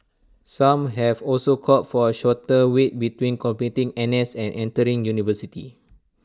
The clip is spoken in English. some have also called for A shorter wait between completing N S and entering university